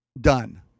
done